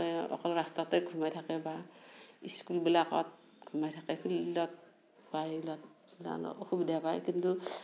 অকল ৰাস্তাতে ঘোমাই থাকে বা স্কুলবিলাকত ঘোমাই থাকে ফিল্ডত বাহিৰত আৰু অসুবিধা পায় কিন্তু